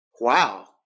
wow